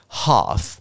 half 。